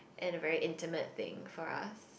and a very intimate thing for us